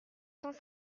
cents